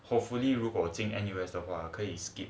hopefully 如果进 N_U_S 的话可以 skip